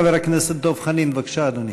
חבר הכנסת דב חנין, בבקשה, אדוני.